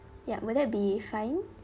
ya would that be fine